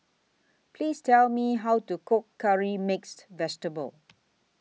Please Tell Me How to Cook Curry Mixed Vegetable